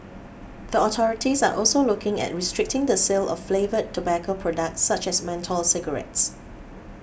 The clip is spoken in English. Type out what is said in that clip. the authorities are also looking at restricting the sale of flavoured tobacco products such as menthol cigarettes